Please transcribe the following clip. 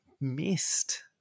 missed